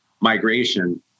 migration